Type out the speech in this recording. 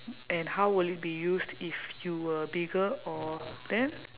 and how will it be used if you were bigger or then